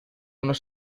unos